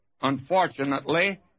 Unfortunately